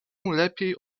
lepiej